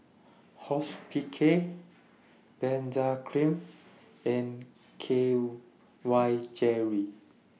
Hospicare Benzac Cream and K Y Jelly